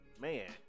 Man